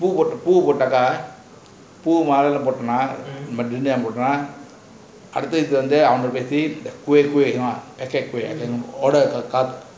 பூ பூபோதக பூ மாளலாம் போட்டன அடுத்த இது வந்து அவன்ட பேசி பூவெய் பூ வேணுமா:poo poopotaka poo maaalalam potana adutha ithu vanthu avanta peasi poovey poo venuma order the cup